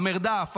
המרדף,